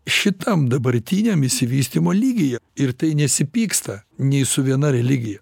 šitam dabartiniam išsivystymo lygyje ir tai nesipyksta nei su viena religija